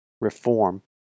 reform